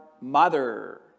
mother